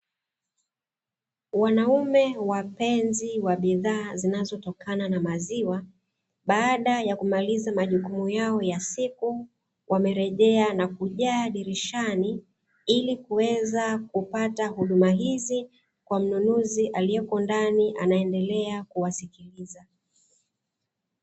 Wanaume wapenzi wa bidhaa zinazotokana na maziwa, baada ya kumaliza majukumu yao ya siku, wamerejea na kujaa dirishani ili kuweza kupata huduma hizi kwa mnunuzi aliyeko ndani, anaendelea kuwasikiliza.